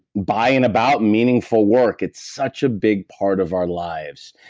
buying about meaningful work. it's such a big part of our lives.